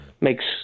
makes